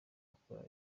akora